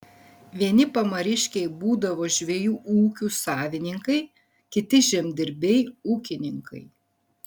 vieni pamariškiai būdavo žvejų ūkių savininkai kiti žemdirbiai ūkininkai